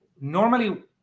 Normally